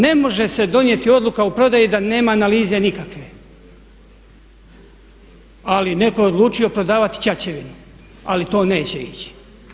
Ne može se donijeti odluka o prodaji da nema analize nikakve, ali netko je odlučio prodavati čačevinu ali to neće ići.